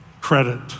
credit